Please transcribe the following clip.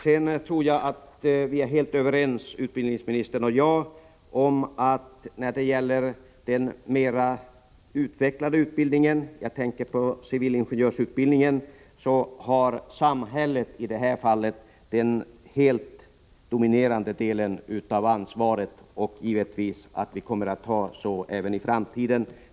Sedan tror jag att utbildningsministern och jag är helt överens när det gäller den högre utbildningen — jag tänker på civilingenjörsutbildningen. I det fallet har samhället givetvis det helt dominerande ansvaret, och givetvis måste det vara så även i framtiden.